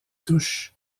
touches